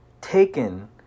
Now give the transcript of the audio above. taken